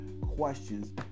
questions